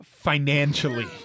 Financially